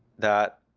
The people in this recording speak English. that